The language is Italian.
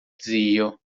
zio